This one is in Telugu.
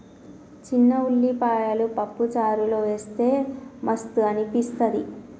చిన్న ఉల్లిపాయలు పప్పు చారులో వేస్తె మస్తు అనిపిస్తది